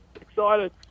Excited